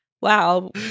wow